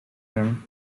wiem